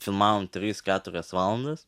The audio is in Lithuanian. filmavom tris keturias valandas